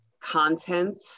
content